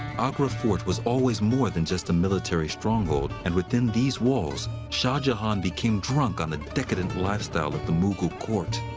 agra fort was always more than just a military stronghold. and within these walls, shah jahan became drunk on the decadent lifestyle of the mughal court.